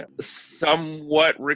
somewhat